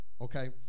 okay